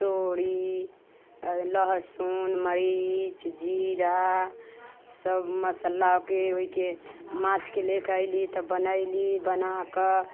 तोरी लहसुन मरीच जीरा सभ मसालाके ओहिके माछके लए कऽ अयली तऽ बनयली बना कऽ